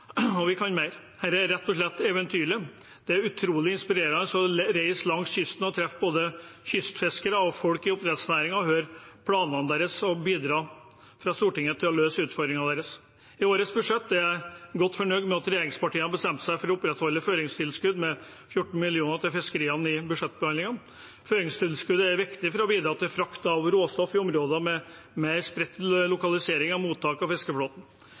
og vi kan mer. Dette er rett og slett eventyrlig. Det er utrolig inspirerende å reise langs kysten og treffe både kystfiskere og folk i oppdrettsnæringen og høre planene deres og bidra fra Stortinget til å løse utfordringene deres. I årets budsjett er jeg godt fornøyd med at regjeringspartiene har bestemt seg for å opprettholde føringstilskudd med 14 mill. kr til fiskeriene i budsjettbehandlingen. Føringstilskuddet er viktig for å bidra til frakt av råstoff i områder med mer spredt lokalisering av mottak av fiskeflåten.